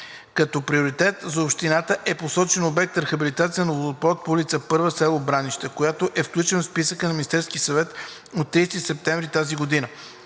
Като приоритетен за общината е посочен обект „Рехабилитация на водопровод по улица „Първа“, село Бранище“, който е включен в списъка на Министерски съвет от 30 септември тази година.